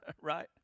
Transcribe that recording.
right